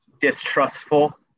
distrustful